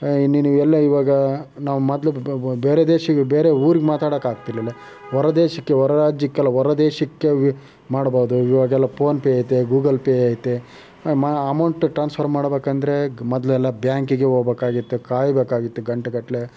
ನೀನು ಎಲ್ಲೇ ಇವಾಗ ನಾವು ಮೊದ್ಲು ಬ ಬ ಬೇರೆ ದೇಶಗೆ ಬೇರೆ ಊರಿಗೆ ಮಾತಾಡೋಕ್ಕಾಗ್ತಿರ್ಲಿಲ್ಲ ಹೊರದೇಶಕ್ಕೆ ಹೊರ ರಾಜ್ಯಕ್ಕಲ್ಲ ಹೊರದೇಶಕ್ಕೆ ಮಾಡಬೋದು ಇವಾಗೆಲ್ಲ ಪೋನ್ ಪೇ ಐತೆ ಗೂಗಲ್ ಪೇ ಐತೆ ಅಮೌಂಟ್ ಟ್ರಾನ್ಸ್ಫರ್ ಮಾಡ್ಬೇಕೆಂದ್ರೆ ಮೊದ್ಲೆಲ್ಲ ಬ್ಯಾಂಕಿಗೆ ಹೋಗ್ಬೇಕಾಗಿತ್ತು ಕಾಯಬೇಕಾಗಿತ್ತು ಗಂಟೆಗಟ್ಲೆ